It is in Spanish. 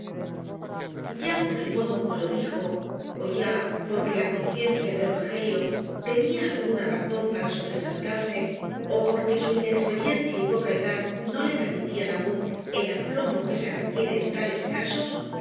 ya por el modo como lo dijo ó ya porque la conciencia de rogelio tenía alguna razón para sobresaltarse ó porque su inexperiencia y poca edad no le permitían aún el aplomo que se requiere en tales casos